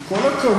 עם כל הכבוד,